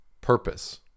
purpose